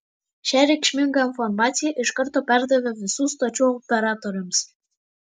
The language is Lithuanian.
šią reikšmingą informaciją iš karto perdavė visų stočių operatoriams